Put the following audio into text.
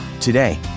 Today